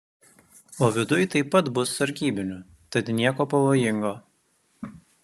o viduj taip pat bus sargybinių tad nieko pavojingo